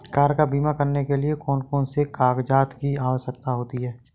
Car का बीमा करने के लिए कौन कौन से कागजात की आवश्यकता होती है?